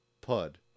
Pud